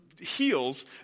heals